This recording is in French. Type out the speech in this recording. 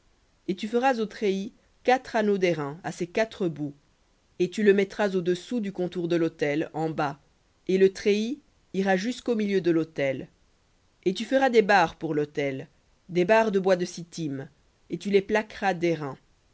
et tu feras au treillis quatre anneaux d'airain à ses quatre bouts et tu le mettras au-dessous du contour de l'autel en bas et le treillis ira jusqu'au milieu de lautel et tu feras des barres pour l'autel des barres de bois de sittim et tu les plaqueras